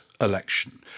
election